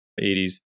80s